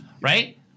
right